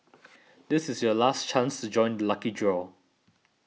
this is your last chance to join the lucky draw